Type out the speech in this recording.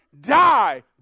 die